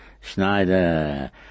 Schneider